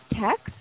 text